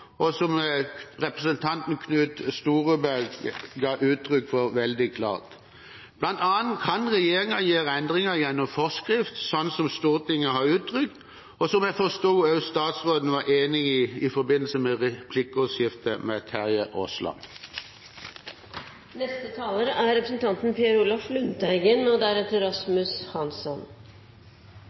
et handlingsrom, som representanten Knut Storberget ga uttrykk for veldig klart. Blant annet kan regjeringen gjøre endringer gjennom forskrift, slik Stortinget har uttrykt, og som jeg forsto at også statsråden var enig i, i forbindelse med replikkordskiftet med Terje Aasland. Det er